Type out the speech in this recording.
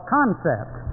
concept